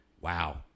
Wow